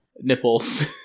nipples